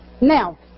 Now